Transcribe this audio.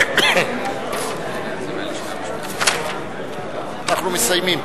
אנחנו מסיימים.